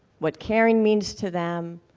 what caring means to them,